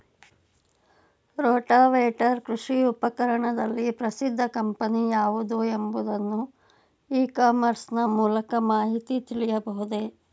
Rotavator ಕೃಷಿ ಉಪಕರಣದಲ್ಲಿ ಪ್ರಸಿದ್ದ ಕಂಪನಿ ಯಾವುದು ಎಂಬುದನ್ನು ಇ ಕಾಮರ್ಸ್ ನ ಮೂಲಕ ಮಾಹಿತಿ ತಿಳಿಯಬಹುದೇ?